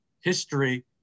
history